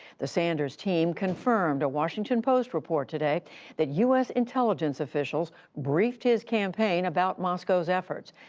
the sanders team confirmed a washington post report today that u s. intelligence officials briefed his campaign about moscow's efforts.